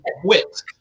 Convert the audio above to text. quit